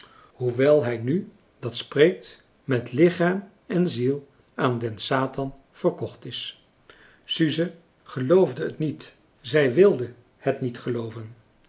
hoewel hij nu dat spreekt met lichaam en ziel aan den satan verkocht is suze geloofde het niet zij wilde het niet